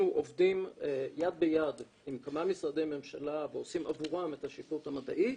אנחנו עובדים יד ביד עם כמה משרדי ממשלה ועושים עבורם את השיפוט המדעי,